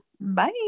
bye